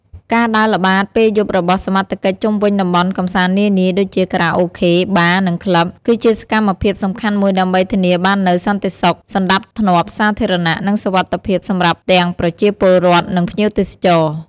ការដើរល្បាតពេលយប់របស់សមត្ថកិច្ចជុំវិញតំបន់កម្សាន្តនានា ដូចជា ខារ៉ាអូខេ បារ និងក្លឹប គឺជាសកម្មភាពសំខាន់មួយដើម្បីធានាបាននូវ សន្តិសុខ សណ្តាប់ធ្នាប់សាធារណៈ និងសុវត្ថិភាពសម្រាប់ទាំងប្រជាពលរដ្ឋ និងភ្ញៀវទេសចរ។